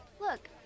Look